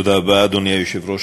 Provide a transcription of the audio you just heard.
אדוני היושב-ראש,